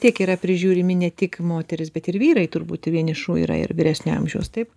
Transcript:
tiek yra prižiūrimi ne tik moterys bet ir vyrai turbūt vienišų yra ir vyresnio amžiaus taip